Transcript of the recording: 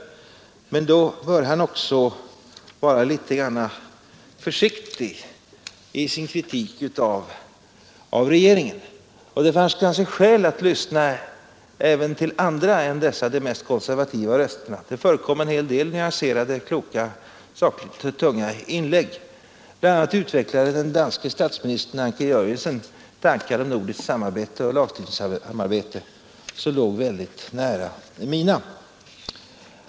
Men då bör han också vara litet grand försiktig i sin kritik av regeringen. Och det fanns kanske skäl för herr Helén att i Oslo lyssna även till andra än dessa de mest konservativa rösterna. Det förekom en hel del nyanserade och sakligt tunga inlägg. Den danske statsministern Anker Jörgensen utvecklade tankar om nordiskt samarbete och lagstiftningssamarbete som låg väldigt nära mina.